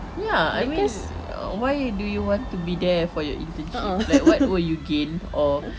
ya I mean why you do you want to be there for your intership like what would you gain or